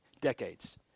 decades